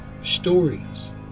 Stories